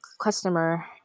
customer